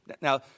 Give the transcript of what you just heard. Now